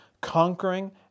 conquering